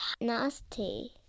nasty